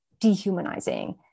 dehumanizing